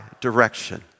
direction